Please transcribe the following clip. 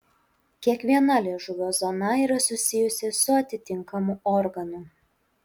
kiekviena liežuvio zona yra susijusi su atitinkamu organu